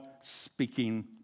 speaking